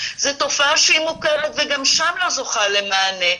זה תופעה שהיא מוכרת וגם שם לא זוכה למענה,